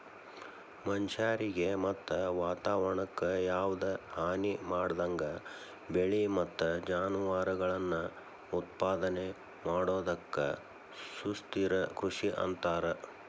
ಮನಷ್ಯಾರಿಗೆ ಮತ್ತ ವಾತವರಣಕ್ಕ ಯಾವದ ಹಾನಿಮಾಡದಂಗ ಬೆಳಿ ಮತ್ತ ಜಾನುವಾರಗಳನ್ನ ಉತ್ಪಾದನೆ ಮಾಡೋದಕ್ಕ ಸುಸ್ಥಿರ ಕೃಷಿ ಅಂತಾರ